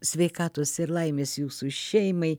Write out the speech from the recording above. sveikatos ir laimės jūsų šeimai